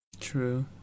True